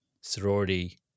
sorority